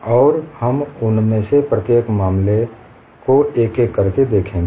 और हम उनमें से प्रत्येक मामले को एक एक करके देखेंगे